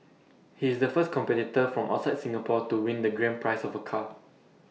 he is the first competitor from outside Singapore to win the grand prize of A car